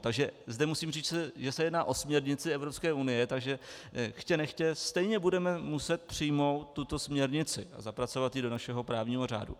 Takže zde musím říci, že se jedná o směrnici Evropské unie, takže chtě nechtě stejně budeme muset přijmout tuto směrnici a zapracovat ji do našeho právního řádu.